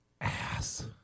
Ass